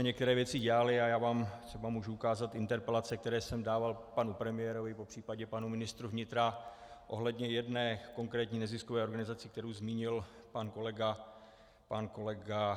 Některé věci jsme dělali a já vám třeba můžu ukázat interpelace, které jsem dával panu premiérovi, popřípadě panu ministrovi vnitra, ohledně jedné konkrétní neziskové organizace, kterou už zmínil pan kolega, pan kolega...